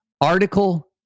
Article